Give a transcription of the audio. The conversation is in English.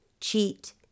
cheat